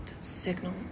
signal